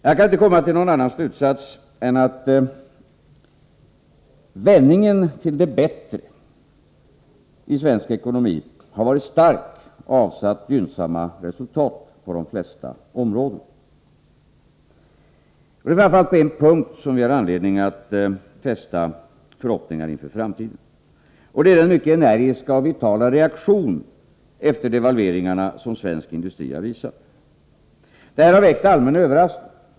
Jag kan inte komma till någon annan slutsats än att vändningen till det bättre i svensk ekonomi har varit stark och avsatt gynnsamma resultat på de flesta områden. Det är framför allt på en punkt som vi har anledning att knyta förhoppningar inför framtiden, och det gäller den mycket energiska och vitala reaktion på devalveringen som svensk industri visat. Detta har väckt allmän överraskning.